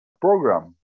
program